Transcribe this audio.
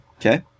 Okay